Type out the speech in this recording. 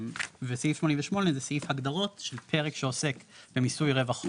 וסעיף 88 זה סעיף ההגדרות של פרק שעוסק במיסוי רווח הון,